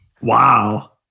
Wow